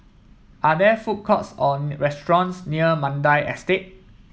are there food courts or restaurants near Mandai Estate